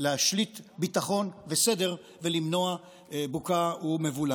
להשליט ביטחון וסדר ולמנוע בוקה ומבולקה.